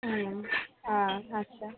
হুম ও আচ্ছা